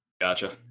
Gotcha